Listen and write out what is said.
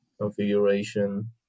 configuration